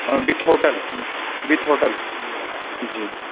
with hotel وتھ hotel جی